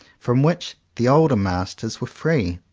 from which the older masters were free.